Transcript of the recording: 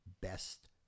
best